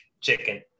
chicken